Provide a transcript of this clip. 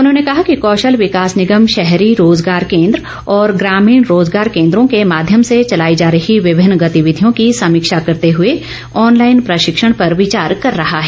उन्होंने कहा कि कौशल विकास निगम शहरी रोजगार केन्द्र और ग्रामीण रोजगार केन्द्रों के माध्यम से चलाई जा रही विभिन्न गतिविधियों की समीक्षा करते हुए ऑनलाईन प्रशिक्षण पर विचार कर रहा है